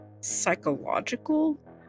psychological